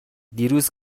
دیروز